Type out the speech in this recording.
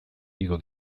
igo